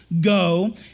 go